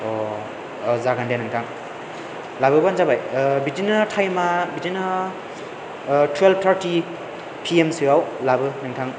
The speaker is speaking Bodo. अ अ जागोन दे नोंथां लाबोबानो जाबाय बिदिनो टाइमा बिदिनो टुवेल्भ थार्टि पिएमसोआव लाबो नोंथां